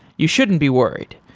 you shouldn't be worried.